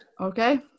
Okay